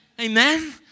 Amen